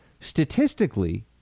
Statistically